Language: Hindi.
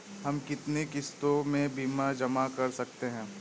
हम कितनी किश्तों में बीमा जमा कर सकते हैं?